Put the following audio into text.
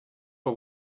for